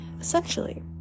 essentially